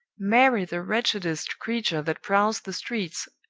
marry the wretchedest creature that prowls the streets,